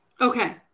Okay